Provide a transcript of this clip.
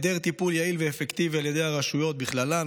הם: 1. היעדר טיפול יעיל ואפקטיבי על ידי הרשויות בכללן,